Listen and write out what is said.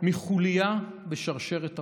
מחוליה בשרשרת ארוכה,